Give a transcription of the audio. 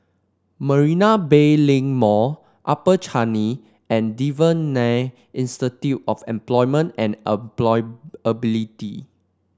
Marina Bay Link Mall Upper Changi and Devan Nair Institute of Employment and Employability